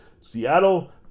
Seattle